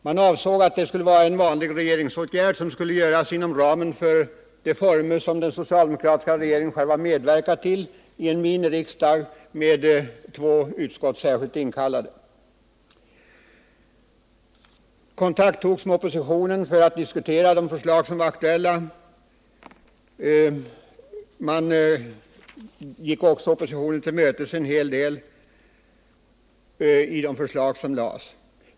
Man avsåg att göra det som en vanlig regeringsåtgärd i de former som den tidigare socialdemokratiska regeringen själv hade medverkat till: i en miniriksdag med två utskott särskilt inkallade. Kontakt togs med oppositionen för att diskutera de förslag som var aktuella. Man gick också oppositionen till mötes en hel del i de förslag som framlades.